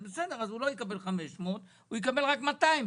אז שלא יקבל 500 אלא רק 200,